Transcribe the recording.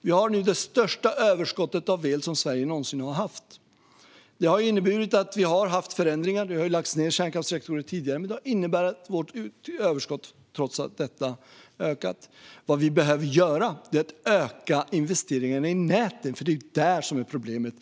Vi har nu det största överskott av el som Sverige någonsin har haft. Vi har haft förändringar - det har lagts ned kärnkraftsreaktorer tidigare - men vårt överskott har trots detta ökat. Vad vi behöver göra är att öka investeringarna i näten. Det är där vi har problemet.